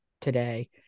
today